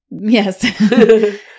Yes